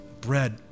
Bread